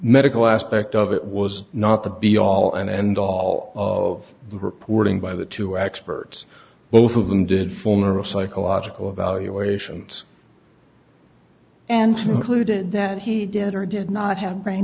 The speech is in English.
medical aspect of it was not the be all and end all of the reporting by the two experts both of them did former of psychological evaluations and clued in that he did or did not have brain